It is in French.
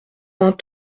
vingt